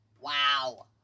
wow